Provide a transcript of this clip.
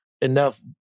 enough